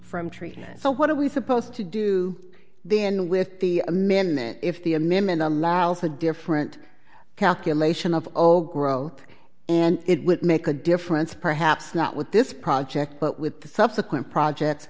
tree so what are we supposed to do then with the amendment if the amendment allows a different calculation of zero growth and it would make a difference perhaps not with this project but with the subsequent project